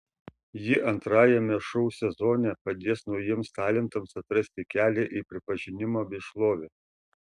ji antrajame šou sezone padės naujiems talentams atrasti kelią į pripažinimą bei šlovę